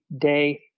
day